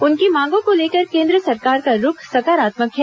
उनकी मांगों को लेकर केंद्र सरकार का रूख सकारात्मक है